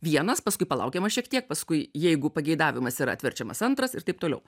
vienas paskui palaukiama šiek tiek paskui jeigu pageidavimas yra atverčiamas antras ir taip toliau